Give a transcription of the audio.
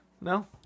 no